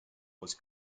was